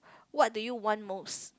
what do you want most